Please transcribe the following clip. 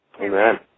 Amen